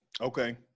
Okay